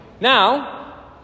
Now